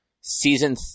season